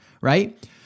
right